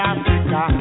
Africa